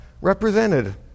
represented